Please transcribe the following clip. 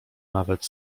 nawet